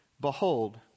Behold